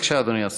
בבקשה, אדוני השר.